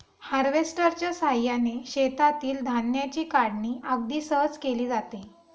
हार्वेस्टरच्या साहाय्याने शेतातील धान्याची काढणी अगदी सहज केली जाते